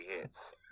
hits